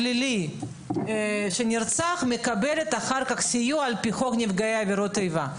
פלילי מקבלת אחר כך סיוע על פי חוק נפגעי פעולות איבה.